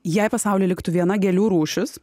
jei pasaulyje liktų viena gėlių rūšis